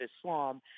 Islam